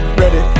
ready